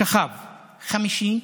שכב חמישי,